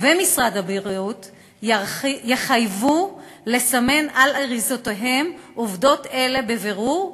ומשרד הבריאות יחייבו לסמן על אריזותיהם עובדות אלה בבירור,